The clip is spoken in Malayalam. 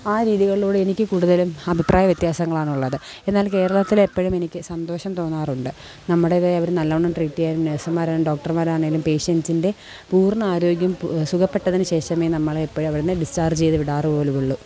ആ രീതികളിലൂടെ എനിക്ക് കൂടുതലും അഭിപ്രായ വ്യത്യാസങ്ങളാണുള്ളത് എന്നാൽ കേരളത്തിലേപ്പോഴും എനിക്ക് സന്തോഷം തോന്നാറുണ്ട് നമ്മുടേതായവർ നല്ലോണം ട്രീറ്റ് ചെയ്യാറുണ്ട് നേഴ്സുമാരാണെങ്കിലും ഡോക്ടർമാരാണെങ്കിലും പേഷ്യൻസിൻ്റെ പൂർണ്ണ ആരോഗ്യം സുഖപ്പെട്ടതിന് ശേഷമേ നമ്മളെപ്പോഴും അവിടെനിന്ന് ഡിസ്ച്ചാർജ് ചെയ്ത് വിടാറു പോലും ഉള്ളു